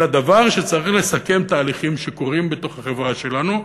אלא דבר שצריך לסכם תהליכים שקורים בתוך החברה שלנו,